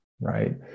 right